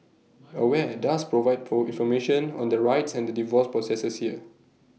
aware does provide for information on their rights and the divorce processors here